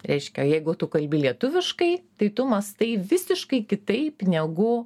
reiškia jeigu tu kalbi lietuviškai tai tu mąstai visiškai kitaip negu